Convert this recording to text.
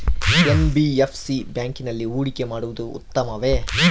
NBFC ಬ್ಯಾಂಕಿನಲ್ಲಿ ಹೂಡಿಕೆ ಮಾಡುವುದು ಉತ್ತಮವೆ?